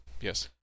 Yes